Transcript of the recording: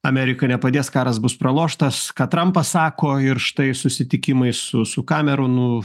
amerika nepadės karas bus praloštas ką trampas sako ir štai susitikimai su su kameronu